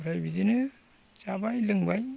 आमफ्राय बिदिनो जाबाय लोंबाय